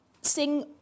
sing